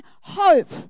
hope